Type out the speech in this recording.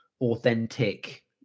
authentic